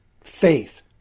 faith